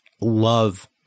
love